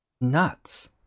nuts